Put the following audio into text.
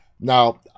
Now